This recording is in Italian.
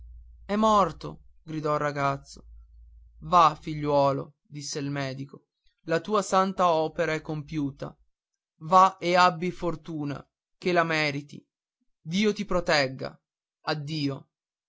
parte e morto gridò il ragazzo va figliuolo disse il medico la tua santa opera è compiuta va e abbi fortuna che la meriti dio ti proteggerà addio